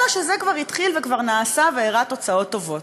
אלא שזה כבר התחיל וכבר נעשה והראה תוצאות טובות.